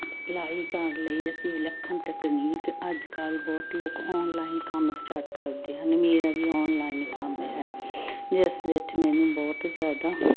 ਸਿਲਾਈ ਕਰਨ ਲਈ ਅਸੀਂ ਵਿਲੱਖਣ ਤਕਨੀਕ ਅੱਜ ਕੱਲ੍ਹ ਬਹੁਤ ਲੋਕ ਆਨਲਾਈਨ ਕੰਮ ਸਟਾਰਟ ਕਰਦੇ ਹਨ ਮੇਰਾ ਵੀ ਆਨਲਾਈਨ ਕੰਮ ਹੈ ਜਿਸ ਵਿੱਚ ਮੈਨੂੰ ਬਹੁਤ ਜ਼ਿਆਦਾ